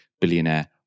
billionaire